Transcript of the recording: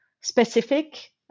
specific